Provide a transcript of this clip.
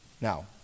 Now